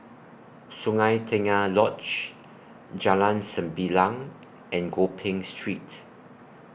Sungei Tengah Lodge Jalan Sembilang and Gopeng Street